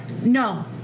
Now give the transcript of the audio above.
No